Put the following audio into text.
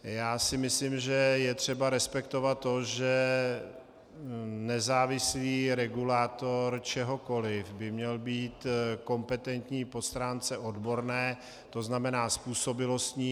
Já si myslím, že je třeba respektovat to, že nezávislý regulátor čehokoliv by měl být kompetentní po stránce odborné, to znamená způsobilostní.